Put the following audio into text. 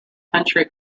country